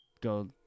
go